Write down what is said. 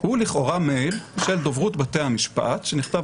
הוא לכאורה מייל של דוברות בתי המשפט שנכתב